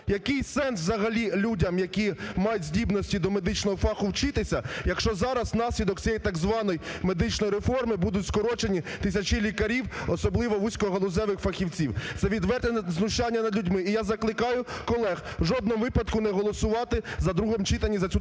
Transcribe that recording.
який сенс взагалі людям, які мають здібності до медичного фаху вчитися, якщо зараз внаслідок цієї так званої медичної реформи будуть скорочені тисячі лікарів, особливо вузькогалузевих фахівців. Це відверте знущання над людьми, і я закликаю колег, в жодному випадку не голосувати в другому читанні за цю так